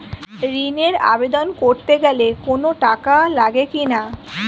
ঋণের আবেদন করতে গেলে কোন টাকা লাগে কিনা?